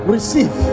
Receive